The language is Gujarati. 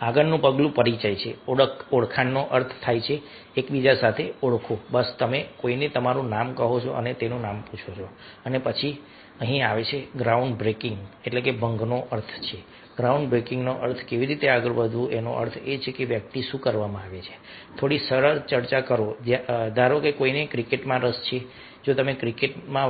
આગળનું પગલું પરિચય છે ઓળખાણનો અર્થ થાય છે એકબીજાને ઓળખો બસ તમે કોઈને તમારું નામ કહો છો અને તેનું નામ પૂછો છો અને પછી અહીં આવે છે ગ્રાઉન્ડ બ્રેકિંગભંગ નો અર્થ છે ગ્રાઉન્ડ બ્રેકિંગનો અર્થ કેવી રીતે આગળ વધવું એનો અર્થ એ છે કે વ્યક્તિ શું કરવા માંગે છે થોડી સરળ ચર્ચા કરો ધારો કે કોઈને ક્રિકેટમાં રસ છે જો તમે ક્રિકેટમાં